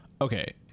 okay